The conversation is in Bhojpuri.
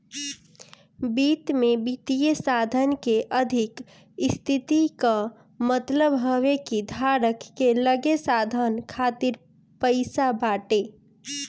वित्त में वित्तीय साधन के अधिका स्थिति कअ मतलब हवे कि धारक के लगे साधन खातिर पईसा बाटे